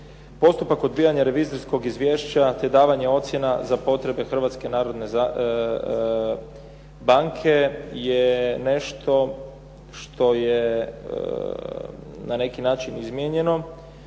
Postupak odbijanja revizorskog izvješća, te davanje ocjena za potrebe Hrvatske narodne banke je nešto što je na neki način izmijenjeno.